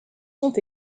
sont